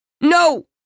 No